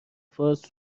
فارس